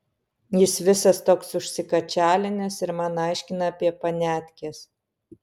jis visas toks užsikačialinęs ir man aiškina apie paniatkes